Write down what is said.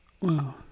Wow